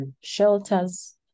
shelters